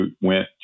went